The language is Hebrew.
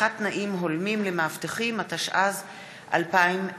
(הבטחת תנאים הולמים למאבטחים), התשע"ז 2017,